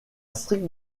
stricte